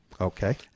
Okay